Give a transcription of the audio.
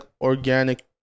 Organic